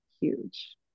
huge